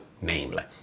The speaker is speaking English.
namely